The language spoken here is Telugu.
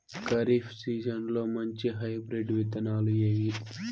ఖరీఫ్ సీజన్లలో మంచి హైబ్రిడ్ విత్తనాలు ఏవి